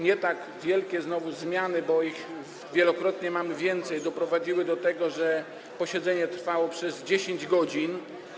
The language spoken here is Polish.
Nie tak wielkie znowu zmiany - bo jest ich wielokrotnie więcej - doprowadziły do tego, że posiedzenie trwało 10 godzin.